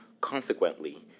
Consequently